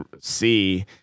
see